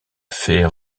fait